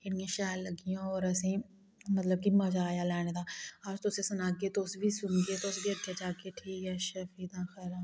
इन्नियां शैल लग्गियां होर असें मतलब कि मजा आया लैने दा अस तुसें गी सनागे तुस बी जाह्गे अच्छा ठीक ऐ खरा